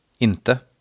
Inte